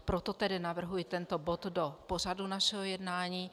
Proto tedy navrhuji tento bod do pořadu našeho jednání.